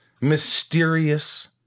mysterious